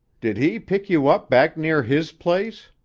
did he pick you up back near his place?